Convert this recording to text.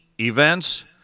events